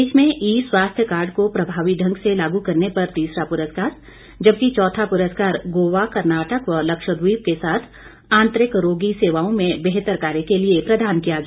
प्रदेश में ई स्वास्थ्य कार्ड को प्रभावी ढंग से लागू करने पर तीसरा पुरस्कार जबकि चौथा पुरस्कार गोवा कर्नाटक व लक्षद्वीप के साथ आंतरिक रोगी सेवाओं में बेहतर कार्य के लिए प्रदान किया गया